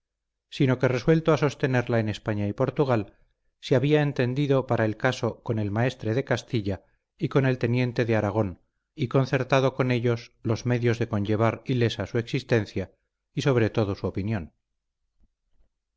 sino que resuelto a sostenerla en españa y portugal se había entendido para el caso con el maestre de castilla y con el teniente de aragón y concertado con ellos los medios de conservar ilesa su existencia y sobre todo su opinión